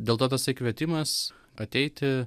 dėl to tasai kvietimas ateiti